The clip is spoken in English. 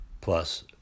plus